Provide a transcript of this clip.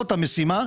זאת המשימה,